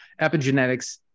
epigenetics